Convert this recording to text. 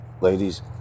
Ladies